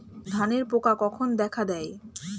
ধানের পোকা কখন দেখা দেয়?